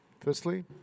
firstly